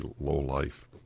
low-life